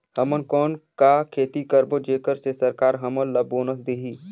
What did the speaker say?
हमन कौन का खेती करबो जेकर से सरकार हमन ला बोनस देही?